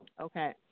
Okay